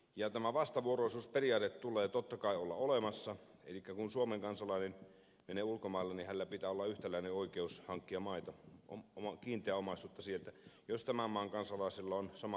ja tämän vastavuoroisuusperiaatteen tulee totta kai olla olemassa elikkä kun suomen kansalainen menee ulkomaille niin hänellä pitää olla yhtäläinen oikeus hankkia maita kiinteää omaisuutta sieltä jos sen maan kansalaisella on sama oikeus täällä suomessa